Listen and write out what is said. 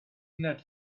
not